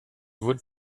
would